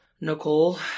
nicole